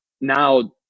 Now